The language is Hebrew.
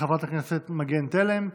תודה רבה לחברת הכנסת מגן תלם.